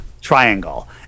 triangle